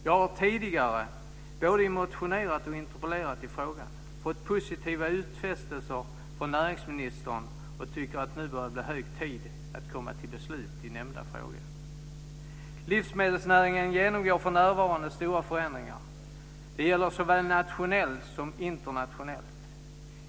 Jag har tidigare både motionerat och interpellerat i frågan, fått positiva utfästelser från näringsministern och tycker att det nu börjar bli hög tid att komma till beslut i nämnda fråga. Livsmedelsnäringen genomgår för närvarande stora förändringar. Det gäller såväl nationellt som internationellt.